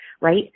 right